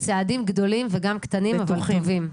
שיהיה בצעדים גדולים וגם קטנים, אבל חיוביים.